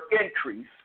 increase